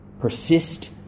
Persist